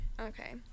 Okay